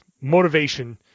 motivation